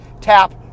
Tap